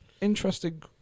Interesting